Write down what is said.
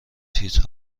تیتر